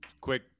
quick